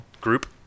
group